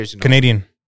Canadian